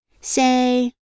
Say